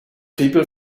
people